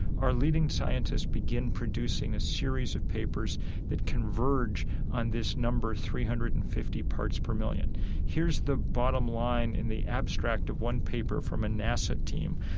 our leading scientists begin producing a series of papers that converge on this number three hundred and fifty parts per million here's the bottom line in the abstract of one paper from a nasa team.